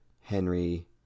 Henry